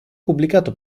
pubblicato